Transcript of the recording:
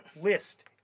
list